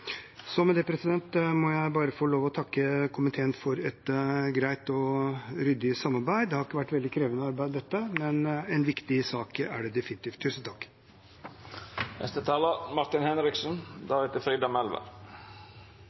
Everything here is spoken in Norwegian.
Med det må jeg bare få lov til å takke komiteen for et greit og ryddig samarbeid. Det har ikke vært et veldig krevende arbeid, dette, men en viktig sak er det definitivt.